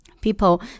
people